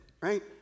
right